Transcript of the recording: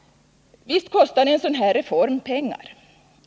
Visst kostar en sådan här reform pengar.